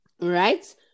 right